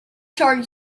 charged